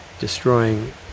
destroying